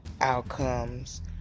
outcomes